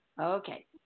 Okay